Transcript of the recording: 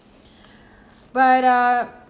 but uh